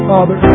Father